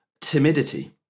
timidity